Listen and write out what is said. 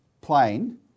plane